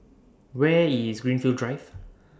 Where IS Greenfield Drive